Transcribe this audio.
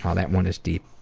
ah that one is deep.